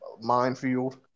minefield